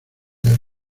del